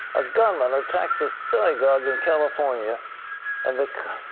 a gunman attacks a synagogue in california and the,